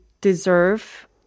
deserve